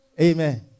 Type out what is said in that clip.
Amen